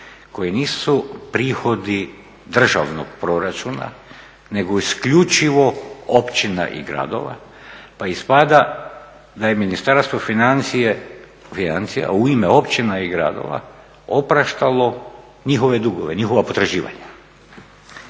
koji nisu prihodi državnog proračuna nego isključivo općina i gradova. Pa ispada da je Ministarstvo financija u ime općina i gradova opraštalo njihove dugove, njihova potraživanja.